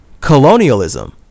Colonialism